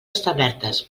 establertes